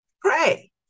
pray